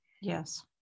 Yes